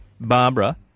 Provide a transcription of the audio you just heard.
Barbara